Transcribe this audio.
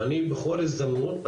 ואני בכל הזדמנות,